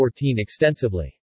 extensively